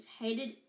hated